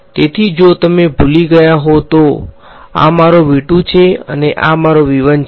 તેથી જો તમે ભૂલી ગયા હો તો આ મારો છે અને આ મારો છે